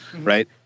right